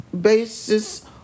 basis